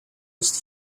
used